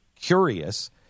curious